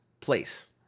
place